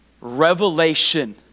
revelation